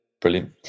brilliant